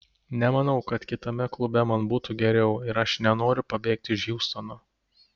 nemanau kad kitame klube man būtų geriau ir aš nenoriu pabėgti iš hjustono